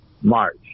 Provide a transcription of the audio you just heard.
March